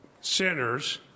sinners